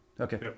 Okay